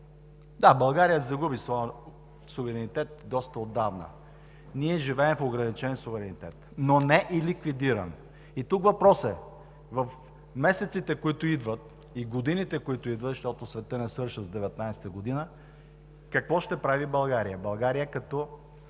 Да, България загуби своя суверенитет доста отдавна. Ние живеем в ограничен суверенитет, но не и ликвидиран. И тук въпросът е: в месеците и в годините, които идват, защото светът не свършва с 2019 г., какво ще прави България, България като